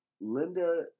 Linda